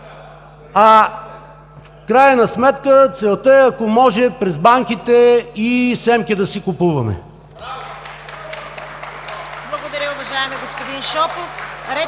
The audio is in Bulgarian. а в крайна сметка целта е, ако може през банките и семки да си купуваме!